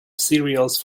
cereals